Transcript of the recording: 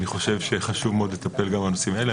אני חושב שחשוב מאוד לטפל בנושאים האלה.